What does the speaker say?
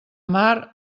mar